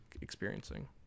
experiencing